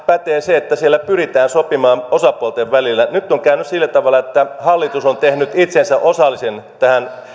pätee se että siellä pyritään sopimaan osapuolten välillä nyt on käynyt sillä tavalla että hallitus on tehnyt itsestään osallisen tähän